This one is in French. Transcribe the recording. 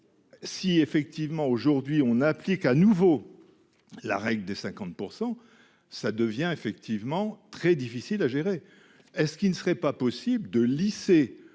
Si effectivement aujourd'hui on applique à nouveau. La règle des 50%. Ça devient effectivement très difficile à gérer. Est ce qui ne serait pas possible de lycée